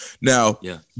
Now